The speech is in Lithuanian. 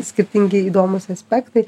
skirtingi įdomūs aspektai